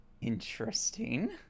Interesting